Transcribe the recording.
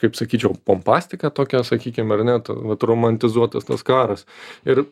kaip sakyčiau pompastiką tokią sakykim ar ne vat romantizuotas tas karas ir